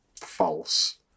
False